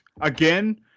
again